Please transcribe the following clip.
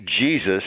Jesus